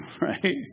right